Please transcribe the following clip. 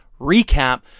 recap